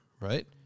Right